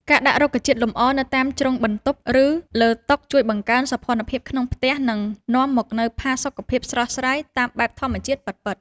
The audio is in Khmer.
ការដាក់រុក្ខជាតិលម្អនៅតាមជ្រុងបន្ទប់ឬលើតុជួយបង្កើនសោភ័ណភាពក្នុងផ្ទះ និង នាំមកនូវផាសុកភាពស្រស់ស្រាយតាមបែបធម្មជាតិពិតៗ។